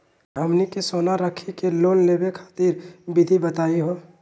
हमनी के सोना रखी के लोन लेवे खातीर विधि बताही हो?